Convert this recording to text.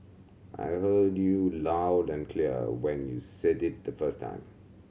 I heard you loud and clear when you said it the first time